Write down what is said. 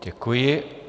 Děkuji.